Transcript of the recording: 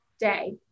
day